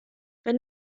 wenn